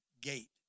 gate